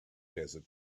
desert